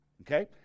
Okay